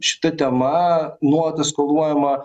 šita tema nuolat eskaluojama